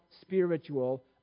spiritual